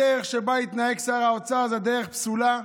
הדרך שבה התנהג שר האוצר זו דרך פסולה,